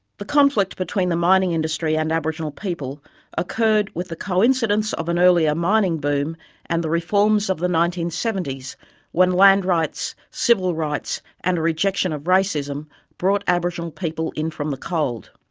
the conflict between the mining industry and aboriginal people occurred with the coincidence of an earlier mining boom and the reforms of the nineteen seventy s when land rights, civil rights and a rejection of racism brought aboriginal people in from the cold.